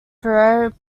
pierre